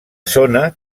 zona